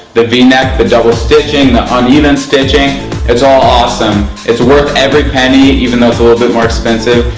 the v-neck, the double stitching, the uneven stitching it's all awesome. it's worth every penny, even though it's a little bit more expensive.